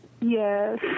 Yes